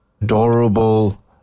adorable